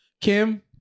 Kim